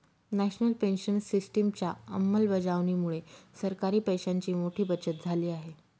national pension सिस्टिमच्या अंमलबजावणीमुळे सरकारी पैशांची मोठी बचत झाली आहे